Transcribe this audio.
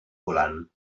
volant